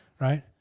right